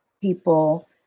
people